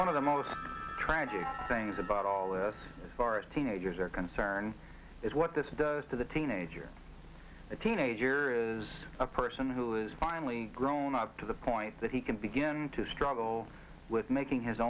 one of the most tragic things about all the as far as teenagers are concerned is what this does to the teenager the teenager is a person who is finally grown up to the point that he can begin to struggle with making his